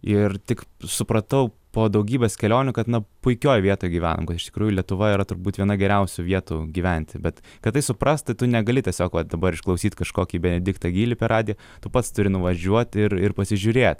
ir tik supratau po daugybės kelionių kad na puikioj vietoj gyvenam kad iš tikrųjų lietuva yra turbūt viena geriausių vietų gyventi bet kad tai suprast tai tu negali tiesiog vat dabar išklausyt kažkokį benediktą gylį per radiją tu pats turi nuvažiuot ir ir pasižiūrėt